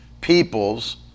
people's